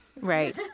Right